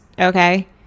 okay